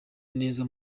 neza